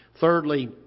thirdly